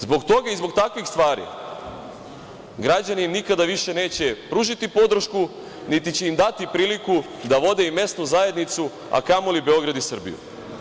Zbog toga i zbog takvih stvari građani nikada više neće pružiti podršku, niti će im dati priliku da vode i mesnu zajednicu, a kamoli Beograd i Srbiju.